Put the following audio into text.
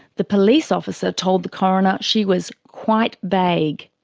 the police officer told the coroner she was quite vague.